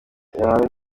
yawe